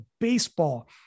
baseball